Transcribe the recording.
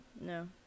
No